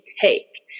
take